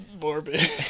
morbid